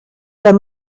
der